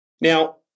Now